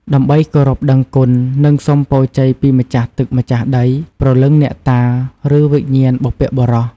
ដើម្បីគោរពដឹងគុណ និងសុំពរជ័យពីម្ចាស់ទឹកម្ចាស់ដី ព្រលឹងអ្នកតា ឬវិញ្ញាណបុព្វបុរស។